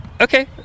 okay